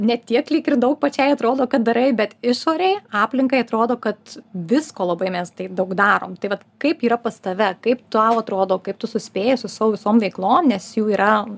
ne tiek lyg ir daug pačiai atrodo kad darai bet išorei aplinkai atrodo kad visko labai mes taip daug darom tai vat kaip yra pas tave kaip tau atrodo kaip tu suspėji su savo visom veiklom nes jų yra